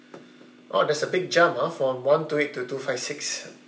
oh that's a big jump ah from one two eight to two five six